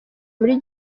muri